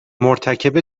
مرتکب